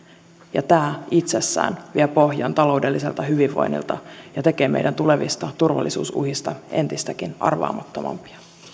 ja tämä itsessään vie pohjan taloudelliselta hyvinvoinnilta ja tekee meidän tulevista turvallisuusuhista entistäkin arvaamattomampia